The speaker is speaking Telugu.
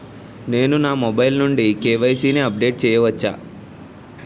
నేను నా మొబైల్ నుండి కే.వై.సీ ని అప్డేట్ చేయవచ్చా?